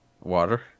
Water